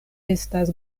estas